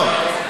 לא.